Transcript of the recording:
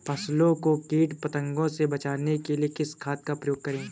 फसलों को कीट पतंगों से बचाने के लिए किस खाद का प्रयोग करें?